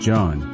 John